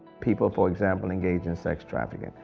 people, for example, engage in sex trafficking.